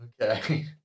Okay